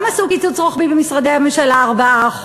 גם עשו קיצוץ רוחבי במשרדי הממשלה, 4%,